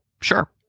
sure